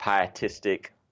pietistic